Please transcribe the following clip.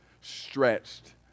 stretched